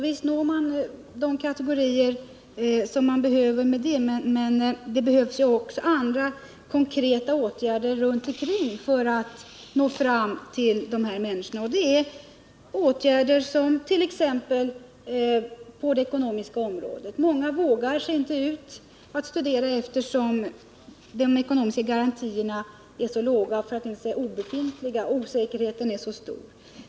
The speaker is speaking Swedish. Visst når man de kategorier som man behöver med denna uppsökande verksamhet, men det behövs ju också andra konkreta åtgärder runt ikring för att nå fram till de här människorna. Det är åtgärder, på exempelvis det ekonomiska området. Många vågar sig inte ut för att studera, eftersom de ekonomiska garantierna är så låga, för att inte säga obefintliga: osäkerheten är så stor.